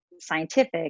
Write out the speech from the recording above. scientific